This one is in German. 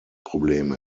problem